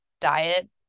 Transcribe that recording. diet